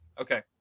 Okay